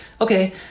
Okay